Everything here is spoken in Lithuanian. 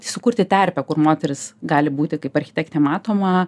sukurti terpę kur moteris gali būti kaip architektė matoma